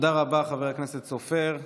תודה רבה, חבר הכנסת סופר.